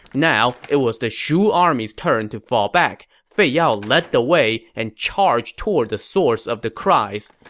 now it was the shu army's turn to fall back. fei yao led the way and charged toward the source of the cries.